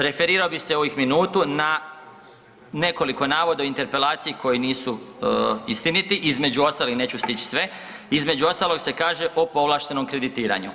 Referirao bih se ovih minutu na nekoliko navoda u interpelaciji koji nisu istiniti, između ostalih neću stići sve, između ostalog se kaže o povlaštenom kreditiranju.